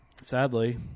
sadly